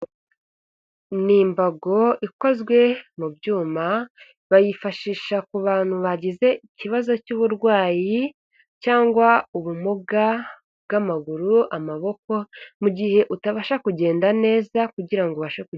Ni imbago ikozwe mu byuma, bayifashisha ku bantu bagize ikibazo cy'uburwayi cyangwa ubumuga bw'amaguru, amaboko, mu gihe utabasha kugenda neza kugira ngo ubashe ku...